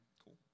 cool